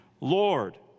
Lord